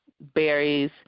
berries